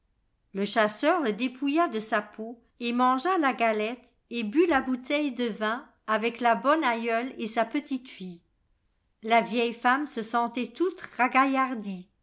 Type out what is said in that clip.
le chasseur le dépouilla de sa peau et mangea la galette et but la bouteille de vin avec la bonne aïeule et sa petite-fille la vieille femme se sentait toute